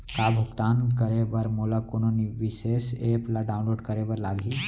का भुगतान करे बर मोला कोनो विशेष एप ला डाऊनलोड करे बर लागही